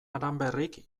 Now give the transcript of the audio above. aranberrik